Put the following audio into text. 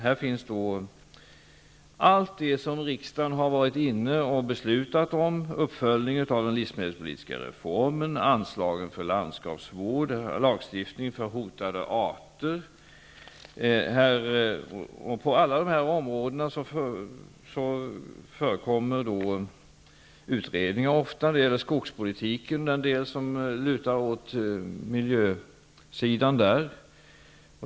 Här behandlas allt det som riksdagen har fattat beslut om, en uppföljning av den livsmedelspolitiska reformen, anslagen för landskapsvården, lagstiftning för hotade arter. På alla dessa områden förekommer ofta utredningar. När det gäller skogspolitiken finns det frågor som gäller miljön.